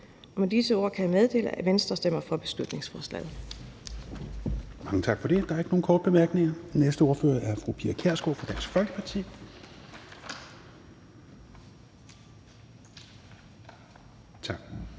Med disse ord kan jeg meddele, at Venstre stemmer for beslutningsforslaget.